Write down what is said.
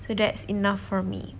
so that's enough for me